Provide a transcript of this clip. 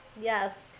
Yes